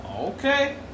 Okay